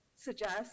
suggest